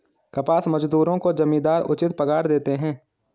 कपास मजदूरों को जमींदार उचित पगार देते हैं